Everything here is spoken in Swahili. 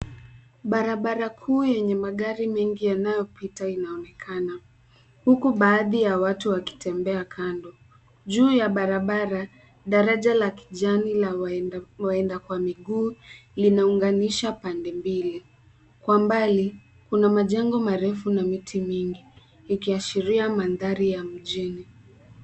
Barabara kuu yenye magari mengi yanayopita inaonekana, huku baadhi ya watu wakitembea kando. Juu ya barabara, daraja la kijani la waenda kwa miguu linaunganisha pande mbili. Kwa mbali, kuna majengo marefu na miti mingi, ikiashiria mandhari ya mjini.